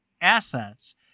assets